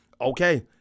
Okay